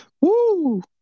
Woo